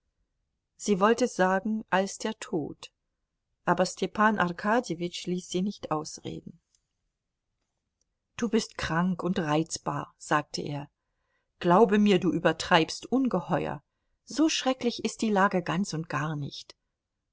sie wollte sagen als der tod aber stepan arkadjewitsch ließ sie nicht ausreden du bist krank und reizbar sagte er glaube mir du übertreibst ungeheuer so schrecklich ist die lage ganz und gar nicht